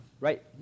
Right